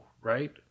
right